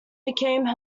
became